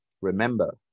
Remember